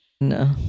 no